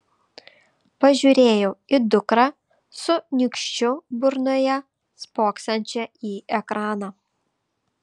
pažiūrėjau į dukrą su nykščiu burnoje spoksančią į ekraną